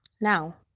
Now